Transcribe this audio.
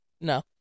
No